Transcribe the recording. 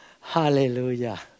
Hallelujah